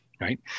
right